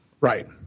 right